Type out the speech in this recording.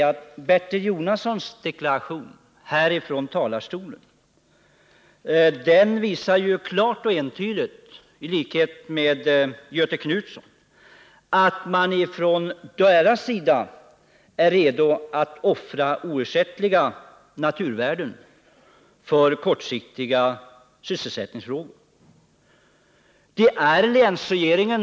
Tisdagen den Bertil Jonassons deklaration från denna talarstol visar klart och entydigt, i 11 december 1979 likhet med Göthe Knutsons anförande, att man från deras sida är redo att offra oersättliga naturvärden för kortsiktiga lösningar på sysselsättningspro — Den fysiska riksblemen.